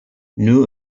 new